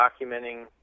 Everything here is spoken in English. documenting